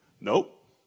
Nope